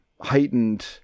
heightened